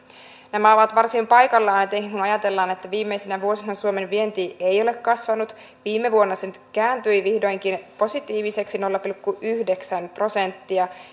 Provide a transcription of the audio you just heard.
nämä ovat varsin paikallaan etenkin kun ajatellaan että viimeisinä vuosina suomen vienti ei ole kasvanut viime vuonna se nyt kääntyi vihdoinkin positiiviseksi nolla pilkku yhdeksän prosenttia